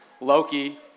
Loki